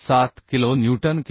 147 kilo newton होईल